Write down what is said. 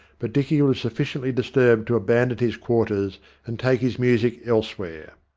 but dicky was sufficiently disturbed to abandon his quarters and take his music elsewhere.